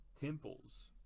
temples